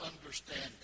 understanding